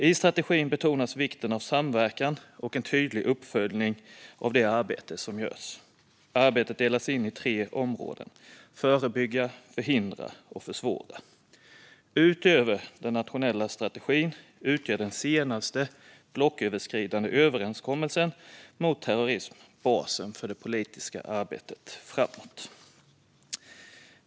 I strategin betonas vikten av samverkan och en tydlig uppföljning av det arbete som görs. Arbetet delas in i tre områden: förebygga, förhindra och försvåra. Utöver den nationella strategin utgör den senaste blocköverskridande överenskommelsen mot terrorism basen för det politiska arbetet framåt.